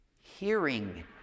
Hearing